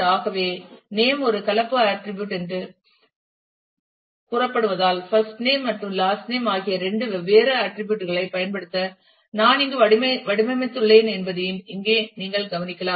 ஆகவே நேம் ஒரு கலப்பு ஆட்டிரிபியூட் கூறு எனக் கூறப்படுவதால் ஃபர்ஸ்ட் நேம் மற்றும் லாஸ்ட் நேம் ஆகிய இரண்டு வெவ்வேறு ஆட்டிரிபியூட் களைப் பயன்படுத்த நான் இங்கு வடிவமைத்துள்ளேன் என்பதையும் இங்கே நீங்கள் கவனிக்கலாம்